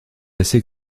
assez